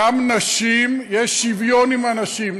גם נשים, יש שוויון עם הנשים.